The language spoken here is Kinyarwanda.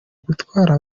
gutwara